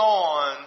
on